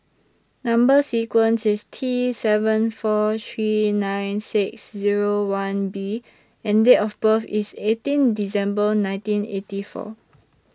Number sequence IS T seven four three nine six Zero one B and Date of birth IS eighteen December nineteen eighty four